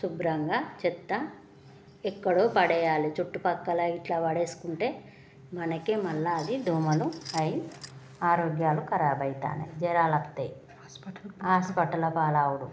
శుభ్రంగా చెత్త ఎక్కడో పడేయాలి చుట్టుపక్కల ఇట్ల పడేసుకుంటే మనకే మళ్ళా అది దోమలు అయి ఆరోగ్యాలు ఖరాబ్ అవుతాన్నాయి జ్వరాలొస్తాయి హాస్పిటల్ పాలవుడు